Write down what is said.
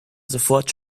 sofort